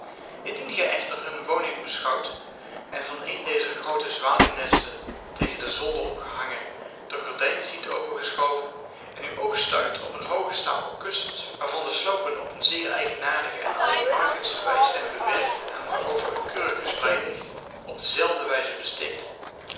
indien gij echter hunne woning beschouwt en van een dezer groote zwaluwnesten tegen den zolder opgehangen de gordijnen ziet opengeschoven en uw oog stuit op een hoogen stapel kussens waarvan de sloopen op een zeer eigenaardige en alleen markensche wijs zijn bewerkt en waarover een keurige sprei ligt op dezelfde wijs bestikt